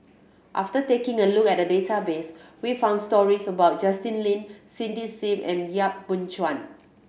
after taking a look at the database we found stories about Justin Lean Cindy Sim and Yap Boon Chuan